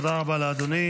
תודה רבה לאדוני.